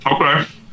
okay